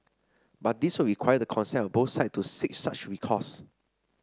but this would require the consent of both side to seek such recourse